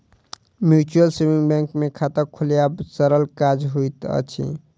mutual saving bank मे खाता खोलायब सरल काज होइत अछि